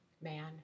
man